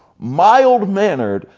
mild manner,